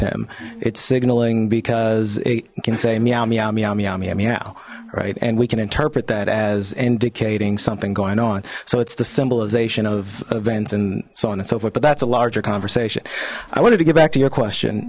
him it's signaling because it can say meow meow meow meow meow meow right and we can interpret that as indicating something going on so it's the symbolization of events and so on and so forth but that's a larger conversation i wanted to get back to your question